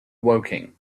woking